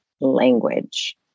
language